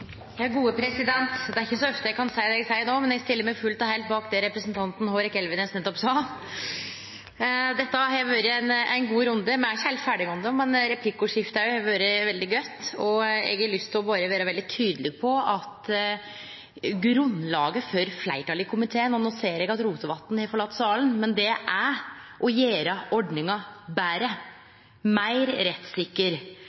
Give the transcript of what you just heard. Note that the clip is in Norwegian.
heilt bak det representanten Hårek Elvenes nettopp sa. Dette har vore ein god runde. Me er ikkje heilt ferdige enno, men replikkordskiftet har vore veldig godt. Eg har berre lyst til å vere veldig tydeleg på at grunnlaget for fleirtalet i komiteen, og no ser eg at Rotevatn har forlate salen, er å gjere ordninga